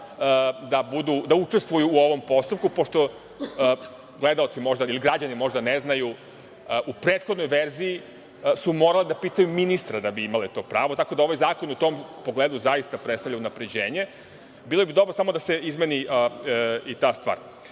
da učestvuju u ovom postupku, pošto gledaoci ili građani možda ne znaju, u prethodnoj verziji su morale da pitaju ministra da bi imale to pravo. Tako da ovaj zakon je u tom pogledu zaista unapređenje. Bilo bi dobro samo da se izmeni i ta stvar. Molim